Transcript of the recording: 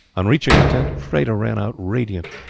on reaching the tent freda ran out radiant.